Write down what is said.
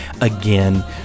again